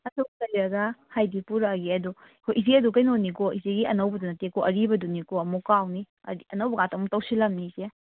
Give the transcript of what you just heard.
ꯂꯩꯔꯒ ꯍꯥꯏꯗꯤ ꯄꯨꯔꯛꯑꯒꯦ ꯑꯗꯣ ꯍꯣꯏ ꯏꯆꯦ ꯑꯗꯨ ꯀꯩꯅꯣꯅꯤꯀꯣ ꯏꯆꯦꯒꯤ ꯑꯅꯧꯕꯗꯨ ꯅꯠꯇꯦꯀꯣ ꯑꯔꯤꯕꯗꯨꯅꯤꯀꯣ ꯑꯃꯨꯛ ꯀꯥꯎꯅꯤ ꯍꯥꯏꯗꯤ ꯑꯅꯧꯕ ꯉꯥꯛꯇ ꯑꯃꯨꯛ ꯇꯧꯁꯤꯜꯂꯝꯅꯤ ꯏꯆꯦ